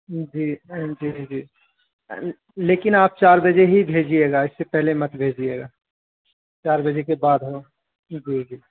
جی جی جی لیکن آپ چار بجے ہی بھیجیے گا اس سے پہلے مت بھیجیے گا چار بجے کے بعد ہے جی جی